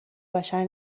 بشر